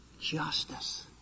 justice